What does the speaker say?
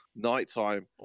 Nighttime